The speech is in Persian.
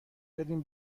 بریم